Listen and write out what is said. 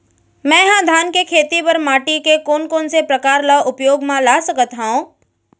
मै ह धान के खेती बर माटी के कोन कोन से प्रकार ला उपयोग मा ला सकत हव?